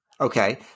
Okay